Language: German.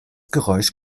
geräusch